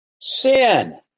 Sin